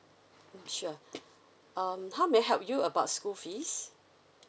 sure um how may I help you about school fees